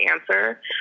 answer